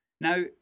Now